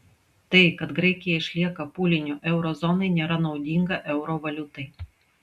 tai kad graikija išlieka pūliniu euro zonai nėra naudinga euro valiutai